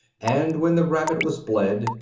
and when the rabbit was bled,